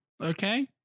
Okay